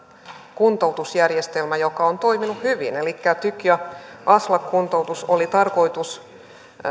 kuntoutusjärjestelmä joka on toiminut hyvin tyk ja aslak kuntoutus oli tarkoitus